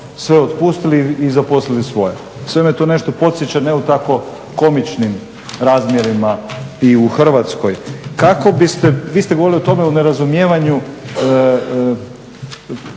Sve me to nešto podsjeća ne u tako komičnim razmjerima i u Hrvatskoj. Kako biste, vi ste govorili o tome, o nerazumijevanju